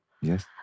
Yes